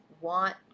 want